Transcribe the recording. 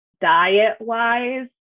diet-wise